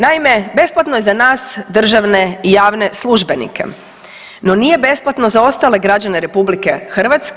Naime, besplatno je za nas državne i javne službenike, no nije besplatno za ostale građane RH.